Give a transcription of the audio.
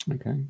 Okay